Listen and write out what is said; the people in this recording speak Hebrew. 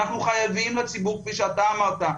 כפי שאתה אמרת,